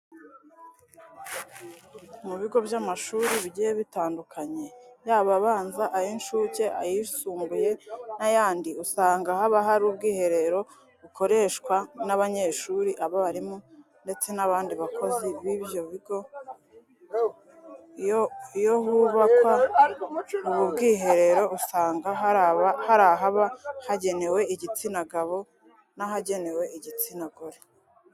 Mu bigo by'amashuri bigiye bitandukanye yaba abanza, ay'incuke, ayisumbuye n'ayandi usanga haba hari ubwiherero bukoreshwa n'abanyeshuri, abarimu ndetse n'abandi bakozi b'ibyo bigo. Iyo hubakwa ubu bwiherero, usanga hari ahaba hagenewe igitsina gabo n'ahagenewe igitsina gore.